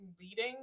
leading